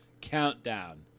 countdown